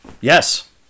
Yes